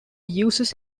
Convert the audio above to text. uses